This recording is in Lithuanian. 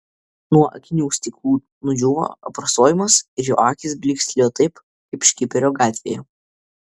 nuo akinių stiklų nudžiūvo aprasojimas ir jo akys blykstelėjo taip kaip škiperio gatvėje